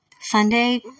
Sunday